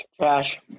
Trash